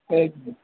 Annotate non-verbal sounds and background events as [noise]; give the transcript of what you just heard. [unintelligible]